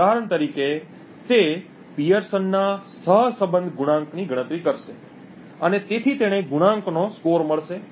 ઉદાહરણ તરીકે તે પીઅર્સનના સહસંબંધ ગુણાંકની ગણતરી કરશે અને તેથી તેને ગુણાંકનો સ્કોર મળશે